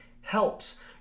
helps